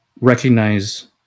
recognize